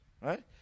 Right